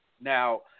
Now